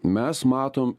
mes matom